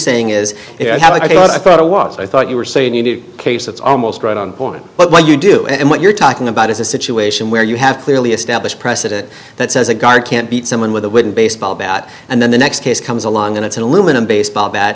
saying is how i thought it was i thought you were saying you need a case that's almost right on point but what you do and what you're talking about is a situation where you have clearly established precedent that says a guard can't beat someone with a wooden baseball bat and then the next case comes along and it's an aluminum baseball bat